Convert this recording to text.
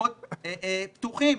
במקומות פתוחים,